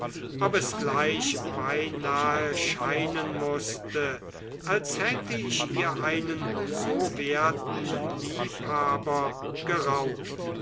ob es gleich beinahe scheinen mußte als hätte ich ihr einen so werten liebhaber geraubt